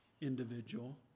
individual